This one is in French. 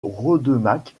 rodemack